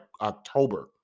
October